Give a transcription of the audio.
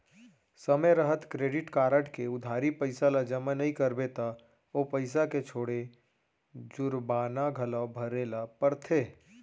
समे रहत credit card के उधारी पइसा ल जमा नइ करबे त ओ पइसा के छोड़े जुरबाना घलौ भरे ल परथे